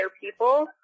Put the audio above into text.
people